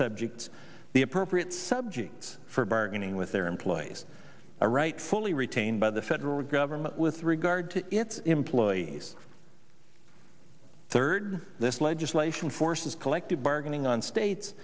subjects the appropriate subjects for bargaining with their employees are rightfully retained by the federal government with regard to its employees third this legislation forces collective bargaining on states